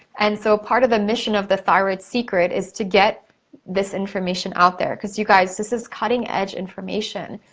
and so, part of the mission of the thyroid secret is to get this information out there, cause you guys, this is cutting edge information.